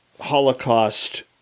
holocaust